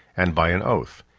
and by an oath,